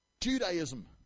Judaism